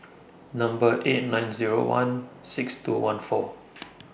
Number eight nine Zero one six two one four